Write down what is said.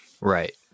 Right